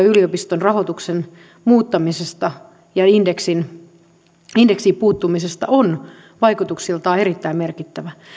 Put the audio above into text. yliopiston rahoituksen muuttamisesta ja indeksiin puuttumisesta on vaikutuksiltaan erittäin merkittävä